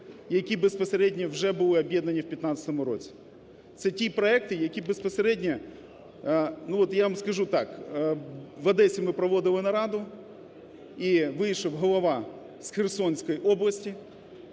які безпосередньо вже були об'єднані в 15-му році. Це ті проекти, які безпосередньо… Ну от я вам скажу так, в Одесі ми проводили нараду, вийшов голова з Херсонської області